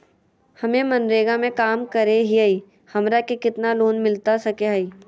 हमे मनरेगा में काम करे हियई, हमरा के कितना लोन मिलता सके हई?